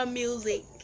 music